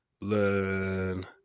learn